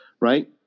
right